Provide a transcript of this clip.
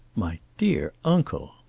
my dear uncle!